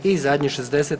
I zadnji 60.